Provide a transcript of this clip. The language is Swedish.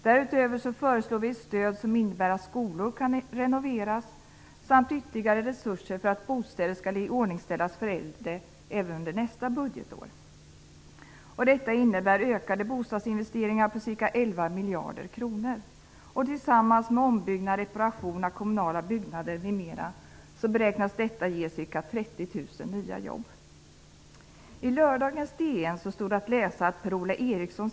Därutöver föreslår vi ett stöd som innebär att skolor kan renoveras samt ytterligare resurser för att bostäder skall iordningställas för äldre även under nästa budgetår. Detta innebär ökade bostadsinvesteringar på ca 11 miljarder kronor. Tillsammans med ombyggnad/reparation av kommunala byggnader m.m. beräknas detta ge ca 30 000 nya jobb.